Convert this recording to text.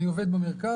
אני עובד במרכז.